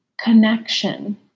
connection